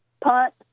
Punt